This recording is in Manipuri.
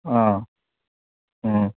ꯑꯥ ꯑꯥ